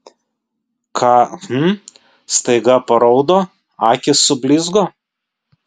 ką hm staiga paraudo akys sublizgo